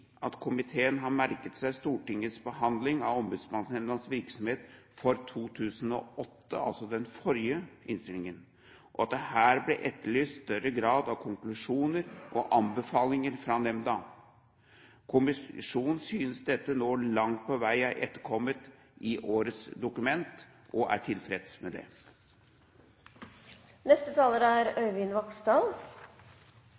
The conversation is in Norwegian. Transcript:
at komiteen har merket seg Stortingets behandling av Ombudsmannsnemndas virksomhet for 2008 – altså den forrige innstillingen – og at det her ble etterlyst større grad av konklusjoner og anbefalinger fra nemnda. Komiteen synes dette langt på vei er etterkommet i årets dokument, og er tilfreds med det. Bare noen veldig korte kommentarer til denne innstillingen, som er